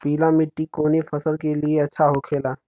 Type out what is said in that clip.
पीला मिट्टी कोने फसल के लिए अच्छा होखे ला?